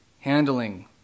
handling